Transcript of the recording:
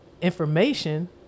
information